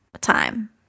time